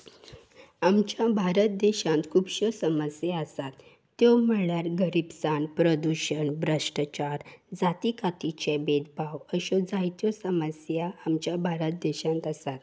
आमच्या भारत देशांत खुबश्यो समस्या आसात त्यो म्हणल्यार गरीबसाण प्रदुशण भ्रश्टचार जाती कातीचे भेदभाव अश्यो जायत्यो समस्या आमच्या भारत देशांत आसात